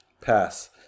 Pass